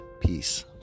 peace